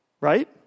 right